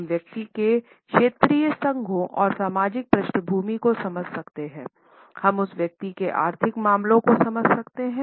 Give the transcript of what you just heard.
हम व्यक्ति के क्षेत्रीय संघों और सामाजिक पृष्ठभूमि को समझ सकते हैं हम उस व्यक्ति के आर्थिक मामलों को समझ सकते हैं